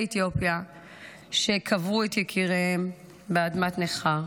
אתיופיה שקברו את יקיריהן באדמת ניכר.